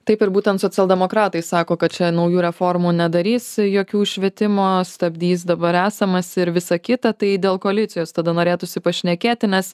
taip ir būtent socialdemokratai sako kad čia naujų reformų nedarys jokių švietimo stabdys dabar esamas ir visa kita tai dėl koalicijos tada norėtųsi pašnekėti nes